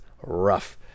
rough